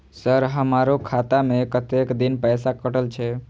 Sir हमारो खाता में कतेक दिन पैसा कटल छे?